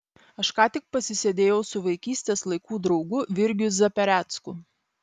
aš ką tik pasisėdėjau su vaikystės laikų draugu virgiu zaperecku